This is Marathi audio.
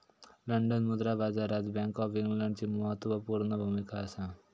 लंडन मुद्रा बाजारात बॅन्क ऑफ इंग्लंडची म्हत्त्वापूर्ण भुमिका असा